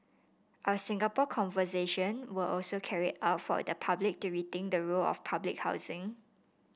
our Singapore Conversation were also carried out for the public to rethink the role of public housing